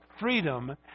freedom